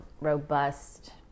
robust